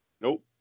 Nope